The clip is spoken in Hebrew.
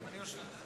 גם אני יושב פה.